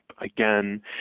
Again